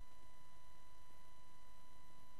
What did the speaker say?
כדי שהנושא יעלה על סדר-יומה הציבורי של מדינת ישראל.